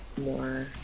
more